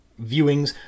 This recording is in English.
viewings